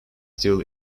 still